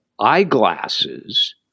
eyeglasses